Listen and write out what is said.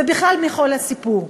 ובכלל מכל הסיפור,